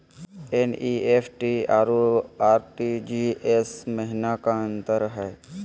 NEFT अरु RTGS महिना का अंतर हई?